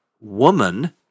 woman